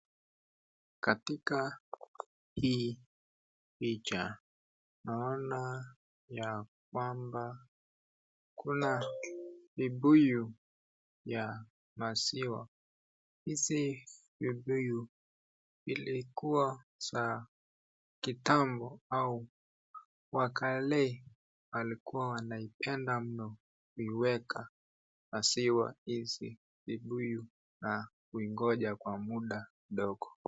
Katika hii picha naona ya kwamba kuna vibuyu ya maziwa, hizi vibuyu ilikuwa za kitambo au wakale walikuwa wanaipenda mno kuiweka maziwa hizi vibuyu na kuingoja kwa muda ndogo.